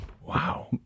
Wow